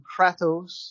Kratos